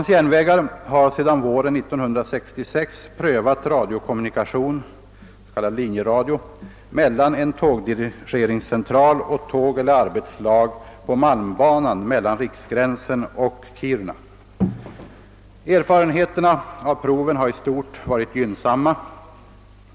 SJ har sedan våren 1966 prövat radiokommunikation mellan en tågdirigeringscentral och tåg eller arbetslag på malmbanan mellan Riksgränsen och Kiruna. Erfarenheterna av proven har i stort varit gynnsamma.